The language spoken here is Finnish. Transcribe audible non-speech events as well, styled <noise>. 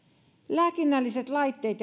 lääkinnälliset laitteet <unintelligible>